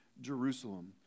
Jerusalem